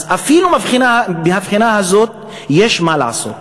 אז אפילו מהבחינה הזאת יש מה לעשות.